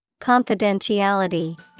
Confidentiality